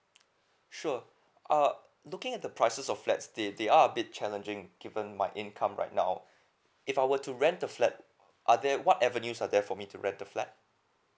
sure uh looking at the prices of flats they they are a bit challenging given my income right now if I were to rent the flat are there what avenue are there for me to rent the flat